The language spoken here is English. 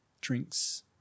drinks